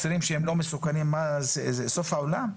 זה סוף העולם?